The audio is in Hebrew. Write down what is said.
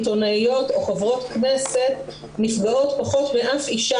עיתונאיות או חברות כנסת נפגעות פחות מאישה